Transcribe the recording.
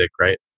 right